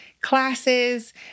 classes